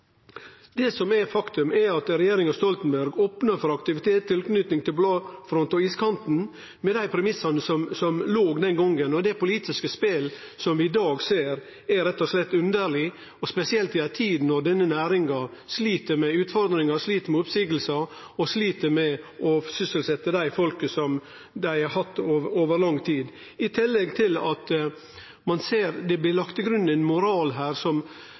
SVs Lars Egeland. Faktum er at regjeringa Stoltenberg opna for aktivitet i tilknyting til polarfront og iskanten, med dei premissane som låg føre den gongen. Og det politiske spelet vi i dag ser, er rett og slett underleg, spesielt i ei tid når denne næringa slit med utfordringar, slit med oppseiingar og slit med å sysselsetje dei folka som dei har hatt over lang tid. I tillegg ser ein at det blir lagt til grunn ein moral her som